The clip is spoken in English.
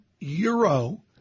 euro